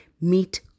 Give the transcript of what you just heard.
meet